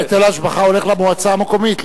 היטל ההשבחה הולך למועצה המקומית,